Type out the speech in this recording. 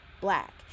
black